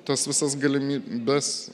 tas visas galimybes